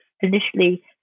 initially